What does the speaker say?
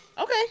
Okay